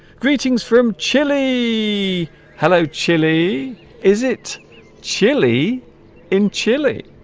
greetings from chile hello chile is it chilly in chile?